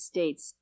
States